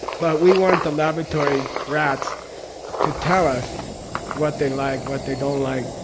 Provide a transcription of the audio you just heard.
but we want the laboratory rats to tell us what they like, what they don't like,